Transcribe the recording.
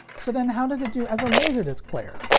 so then, how does it do as a laserdisc player?